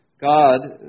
God